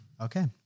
Okay